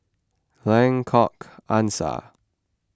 Lengkok Angsa